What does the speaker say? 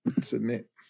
Submit